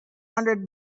hundred